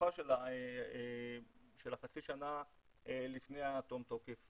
בתקופה של החצי שנה לפני תום התוקף,